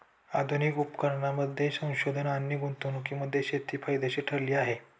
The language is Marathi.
आधुनिक उपकरणांमध्ये संशोधन आणि गुंतवणुकीमुळे शेती फायदेशीर ठरली आहे